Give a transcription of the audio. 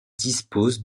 dispose